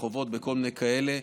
ברחובות ובכל מיני כאלה.